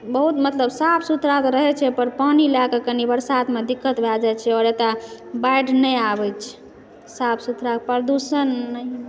बहुत मतलब साफ सुथरा तऽ रहैत छै पर पानी लएकऽ की बरसातमे दिक्कत भए जाइत छै आओर एतय बाढ़ि नहि आबैत छै साफ सुथरा प्रदूषण